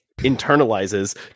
internalizes